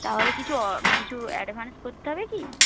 তাহলে কিছু কিছু অ্যাডভান্স করতে হবে কি